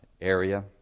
area